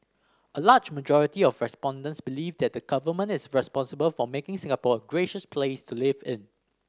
a large majority of respondents believe that the Government is responsible for making Singapore a gracious place to live in